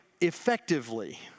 effectively